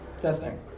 Testing